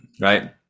right